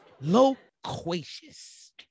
loquacious